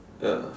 ya